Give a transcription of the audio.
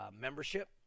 membership